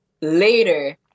later